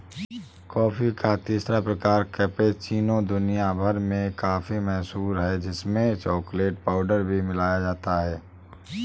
coffee का तीसरा प्रकार कैपेचीनो दुनिया भर में काफी मशहूर है जिसमें चॉकलेट पाउडर भी मिलाया जाता है